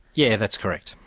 yeah that's correct.